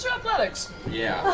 so athletics. yeah